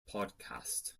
podcast